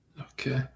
Okay